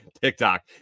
TikTok